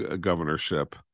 governorship